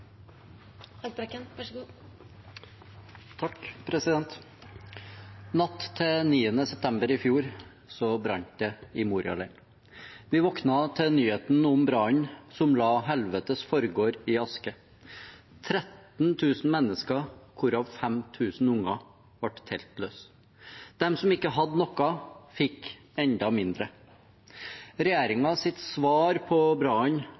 Natt til 9. september i fjor brant det i Moria-leiren. Vi våknet til nyheten om brannen som la helvetes forgård i aske. 13 000 mennesker, hvorav 5 000 unger, ble teltløse. De som ikke hadde noe, fikk enda mindre. Regjeringens svar på